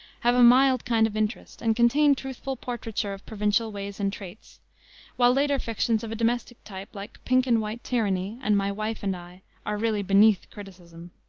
have a mild kind of interest, and contain truthful portraiture of provincial ways and traits while later fictions of a domestic type, like pink and white tyranny, and my wife and i, are really beneath criticism.